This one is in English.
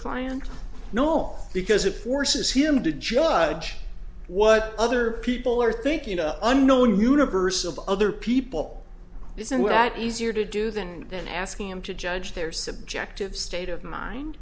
client know because it forces him to judge what other people are thinking of unknown universe of other people isn't that easier to do than than asking them to judge their subjective state of mind